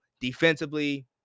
Defensively